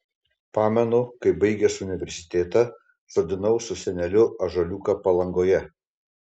pamenu kaip baigęs universitetą sodinau su seneliu ąžuoliuką palangoje